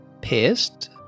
pissed